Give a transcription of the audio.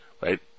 right